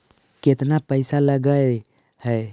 केतना पैसा लगय है?